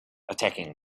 attacking